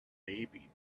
baby